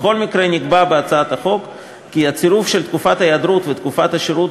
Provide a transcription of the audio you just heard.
בכל מקרה נקבע בהצעת החוק כי הצירוף של תקופת ההיעדרות ותקופת השירות